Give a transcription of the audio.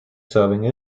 serving